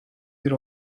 bir